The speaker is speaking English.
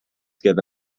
give